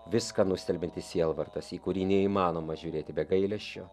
viską nustelbiantis sielvartas į kurį neįmanoma žiūrėti be gailesčio